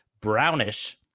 brownish